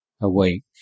awake